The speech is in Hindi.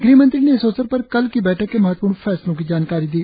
गृहमंत्री ने इस अवसर पर कल की बैठक के महत्वपूर्ण फैसलों की जानकारी दी